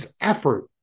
effort